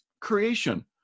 Creation